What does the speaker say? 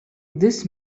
this